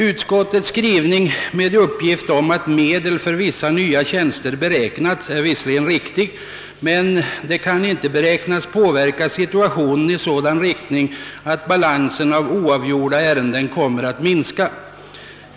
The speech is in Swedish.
Utskottets skrivning med den där lämnade uppgiften om att medel för vissa nya tjänster beräknats är visserligen riktig, men detta kan inte påverka situationen i sådan riktning att balansen av oavgjorda ärenden kommer att minska.